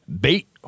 Bait